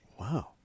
Wow